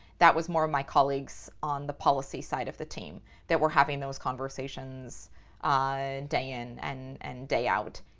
that was more of my colleagues on the policy side of the team that were having those conversations ah day in and and day out,